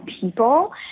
people